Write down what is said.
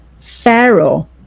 pharaoh